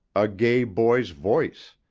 a gay boy's voice.